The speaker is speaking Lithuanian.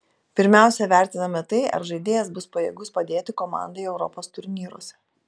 pirmiausia vertiname tai ar žaidėjas bus pajėgus padėti komandai europos turnyruose